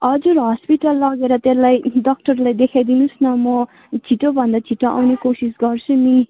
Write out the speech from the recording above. हजुर हस्पिटल लगेर त्यसलाई डाक्टरलाई देखाइदिनोस् न म छिटोभन्दा छिटो आउने कोसिस गर्छु नि